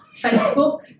Facebook